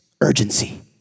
urgency